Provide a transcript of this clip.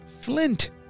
flint